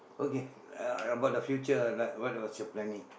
okay uh uh about the future like what was your planning